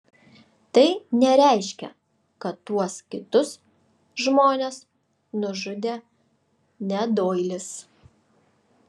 tai nereiškia kad tuos kitus žmones nužudė ne doilis